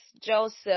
Joseph